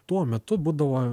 tuo metu būdavo